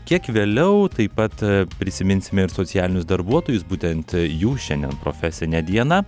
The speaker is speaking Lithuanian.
kiek vėliau taip pat prisiminsime ir socialinius darbuotojus būtent jų šiandien profesinę dieną